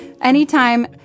Anytime